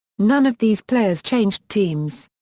none of these players changed teams.